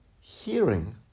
hearing